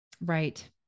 Right